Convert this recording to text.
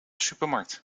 supermarkt